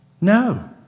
No